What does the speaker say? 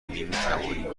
میتوانیم